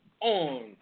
on